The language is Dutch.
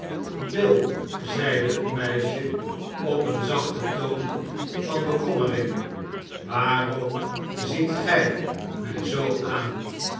bill zeide het meisje op een zachten toon van bekommering waarom ziet gij mij zoo aan